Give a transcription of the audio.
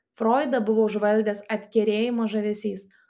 froidą buvo užvaldęs atkerėjimo žavesys